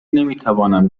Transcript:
نمیتوانم